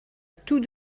tout